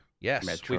Yes